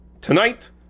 Tonight